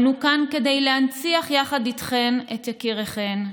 אנו כאן כדי להנציח יחד איתכן את יקיריכן.